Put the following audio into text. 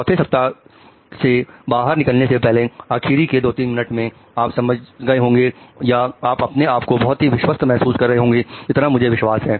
चौथे सप्ताह से बाहर निकलने से पहले आखिरी के दो तीन मिनट में आप समझ गए होंगे या आप अपने आप को बहुत विश्वस्त महसूस कर रहे होंगे इतना मुझे विश्वास है